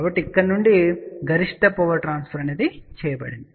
కాబట్టి ఇక్కడ నుండి గరిష్ట పవర్ ట్రాన్స్ఫర్ చేయబడింది